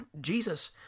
Jesus